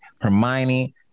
Hermione